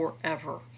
forever